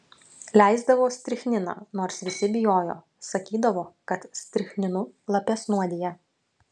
leisdavo strichniną nors visi bijojo sakydavo kad strichninu lapes nuodija